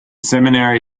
seminary